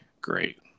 great